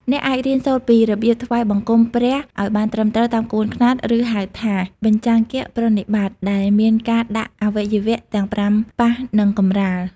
អ្នកអាចរៀនសូត្រពីរបៀបថ្វាយបង្គំព្រះឱ្យបានត្រឹមត្រូវតាមក្បួនខ្នាត ឬហៅថា «បញ្ចង្គប្រណិប័ត» ដែលមានការដាក់អវយវៈទាំងប្រាំប៉ះនឹងកម្រាល។